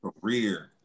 career